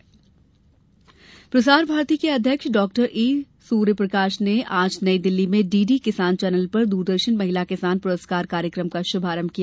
महिला किसान पुरस्कार प्रसार भारती के अध्यक्ष डॉ ए सूर्यप्रकाश ने आज नई दिल्ली में डीडी किसान चैनल पर दूरदर्शन महिला किसान पुरस्कार कार्यक्रम का शुभारंभ किया